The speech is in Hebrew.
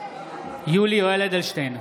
יולי יואל אדלשטיין,